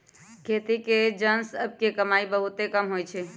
खेती के जन सभ के कमाइ बहुते कम होइ छइ